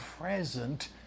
present